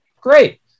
great